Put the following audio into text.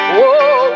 Whoa